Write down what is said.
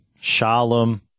Shalom